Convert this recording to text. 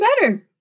better